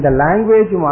language